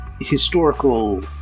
historical